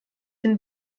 den